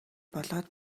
болоод